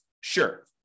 Sure